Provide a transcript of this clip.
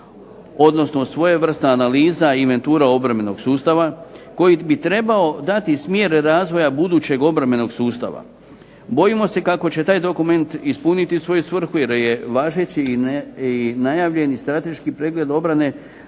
odnosno svojevrsna analiza i inventura obrambenog sustava koji bi trebao dati smjer razvoja budućeg obrambenog sustava. Bojimo se kako će taj dokument ispuniti svoju svrhu jer je važeći i najavljeni strateški pregled obrane,